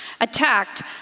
attacked